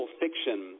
fiction